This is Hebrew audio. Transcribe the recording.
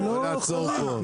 בוא נעצור פה.